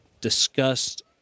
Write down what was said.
discussed